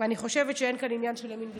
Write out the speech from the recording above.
אני חושבת שאין כאן עניין של ימין ושמאל,